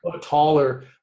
taller